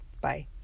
Bye